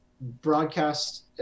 broadcast